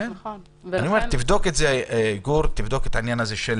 תבדוק את העניין הזה,